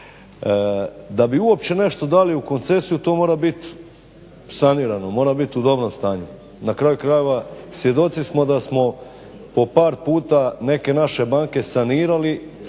Da bi uopće nešto dali u koncesiju to mora bit sanirano, mora bit u dobrom stanju. Na kraju krajeva svjedoci smo da smo po par puta neke naše banke sanirali